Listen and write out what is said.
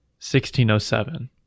1607